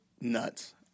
nuts